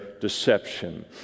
deception